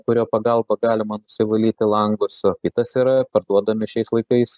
kurio pagalba galima nusivalyti langus o kitas yra parduodami šiais laikais